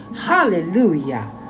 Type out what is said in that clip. Hallelujah